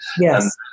Yes